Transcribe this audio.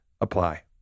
apply